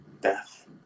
death